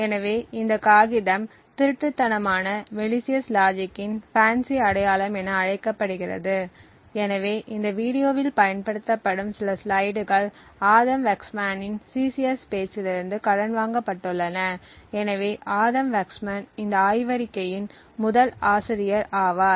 எனவே இந்த காகிதம் திருட்டுத்தனமான மலிசியஸ் லாஜிக்கின் FANCI அடையாளம் என அழைக்கப்படுகிறது எனவே இந்த வீடியோவில் பயன்படுத்தப்படும் சில ஸ்லைடுகள் ஆடம் வக்ஸ்மேனின் சிசிஎஸ் Adam Waksman's CCS பேச்சிலிருந்து கடன் வாங்கப்பட்டுள்ளன எனவே ஆடம் வக்ஸ்மேன் இந்த ஆய்வறிக்கையின் முதல் ஆசிரியர் ஆவார்